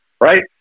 right